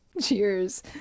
Cheers